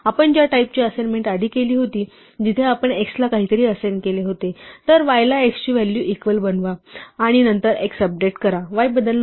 आपण ज्या टाईपची असाइनमेंट आधी केली होती जिथे आपण x ला काहीतरी असाइन केले होते तर y ला x ची इक्वल व्हॅल्यू बनवा आणि नंतर x अपडेट करा y बदलणार नाही